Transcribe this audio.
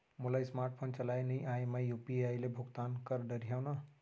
मोला smart phone चलाए नई आए मैं यू.पी.आई ले भुगतान कर डरिहंव न?